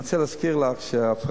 אני רוצה להזכיר לך שההפרטה,